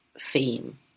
theme